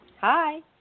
Hi